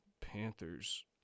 Panthers